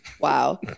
Wow